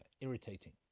irritating